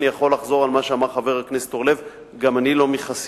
אני יכול לחזור על מה שאמר חבר הכנסת אורלב: גם אני לא מחסידיו